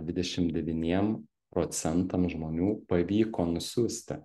dvidešim devyniem procentam žmonių pavyko nusiųsti